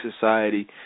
society